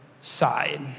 side